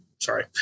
Sorry